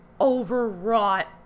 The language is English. overwrought